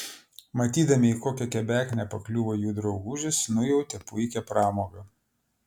matydami į kokią kebeknę pakliuvo jų draugužis nujautė puikią pramogą